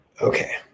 okay